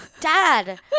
dad –